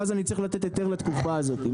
ואז אני צריך לתת היתר לתקופה הזאת.